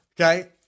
Okay